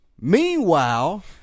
Meanwhile